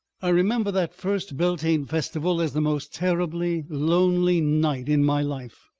i remember that first beltane festival as the most terribly lonely night in my life.